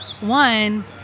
One